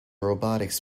robotics